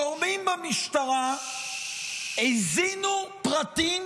גורמים במשטרה הזינו פרטים